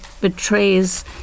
betrays